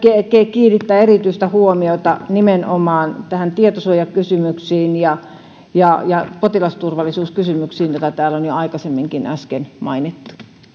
kiinnittää erityistä huomiota nimenomaan näihin tietosuojakysymyksiin ja ja potilasturvallisuuskysymyksiin jotka täällä on jo aikaisemminkin mainittu